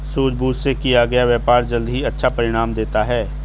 सूझबूझ से किया गया व्यापार जल्द ही अच्छा परिणाम देता है